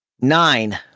nine